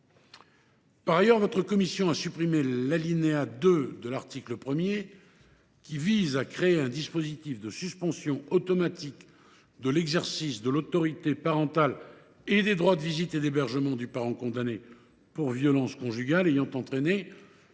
Par ailleurs, votre commission a supprimé l’alinéa 2 de l’article 1, lequel vise à créer un dispositif de suspension automatique de l’exercice de l’autorité parentale et des droits de visite et d’hébergement du parent condamné pour violence conjugale ayant entraîné